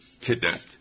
kidnapped